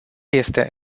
este